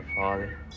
Father